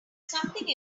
something